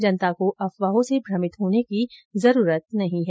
जनता को अफवाहों से भ्रमित होने की जरूरत नहीं है